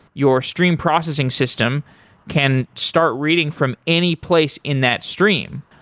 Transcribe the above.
your stream processing system can start reading from any place in that stream.